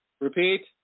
Repeat